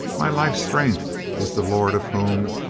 my life's strength is the lord of whom,